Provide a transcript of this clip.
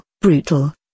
brutal